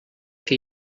que